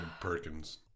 Perkins